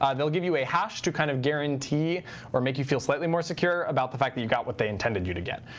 um they'll give you a hash to kind of guarantee or make you feel slightly more secure about the fact that you got what they intended you to get.